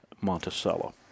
Monticello